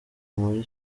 muri